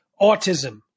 autism